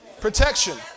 Protection